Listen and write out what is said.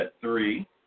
three